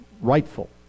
rightful